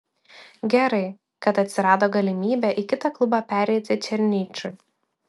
gerai kad atsirado galimybė į kitą klubą pereiti černychui